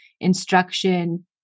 instruction